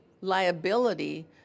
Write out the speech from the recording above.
liability